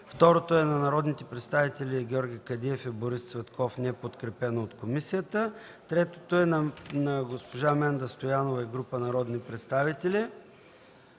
Второто е на народните представители Георги Кадиев и Борис Цветков, неподкрепено от комисията. Третото е на госпожа Менда Стоянова и група народни представители.